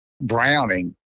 Browning